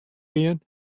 gean